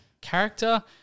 character